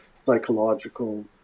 psychological